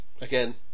again